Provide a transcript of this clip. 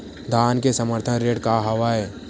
धान के समर्थन रेट का हवाय?